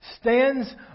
stands